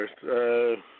first